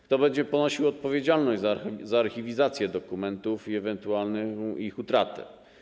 Kto będzie ponosił odpowiedzialność za archiwizację dokumentów i ewentualną ich utratę?